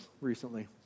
recently